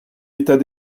état